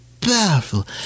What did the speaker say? powerful